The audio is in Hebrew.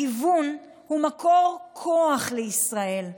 הגיוון הוא מקור כוח לישראל,